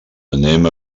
anem